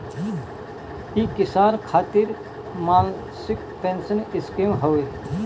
इ किसान खातिर मासिक पेंसन स्कीम हवे